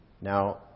Now